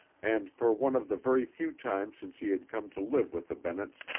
and for one of the very few times since he had come to live with the bennetts,